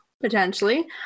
Potentially